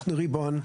אנחנו ריבון.